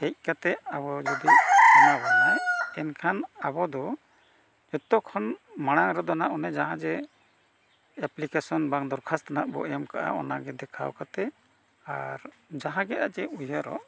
ᱦᱮᱡ ᱠᱟᱛᱮᱫ ᱟᱵᱚ ᱡᱩᱫᱤ ᱮᱢᱟ ᱵᱟᱱᱟᱭ ᱮᱱᱠᱷᱟᱱ ᱟᱵᱚ ᱫᱚ ᱡᱚᱛᱚᱠᱷᱚᱱ ᱢᱟᱲᱟᱝ ᱨᱮᱫᱚ ᱚᱱᱮ ᱡᱟᱦᱟᱸ ᱡᱮ ᱮᱯᱞᱤᱠᱮᱥᱚᱱ ᱵᱟᱝ ᱫᱚᱨᱠᱷᱟᱥᱛᱚ ᱵᱟᱝ ᱱᱟᱜ ᱵᱚᱱ ᱮᱢ ᱠᱟᱜᱼᱟ ᱚᱱᱟ ᱜᱮ ᱫᱮᱠᱷᱟᱣ ᱠᱟᱛᱮᱫ ᱟᱨ ᱡᱟᱦᱟᱸ ᱜᱮ ᱟᱡ ᱮ ᱩᱭᱦᱟᱹᱨᱚᱜ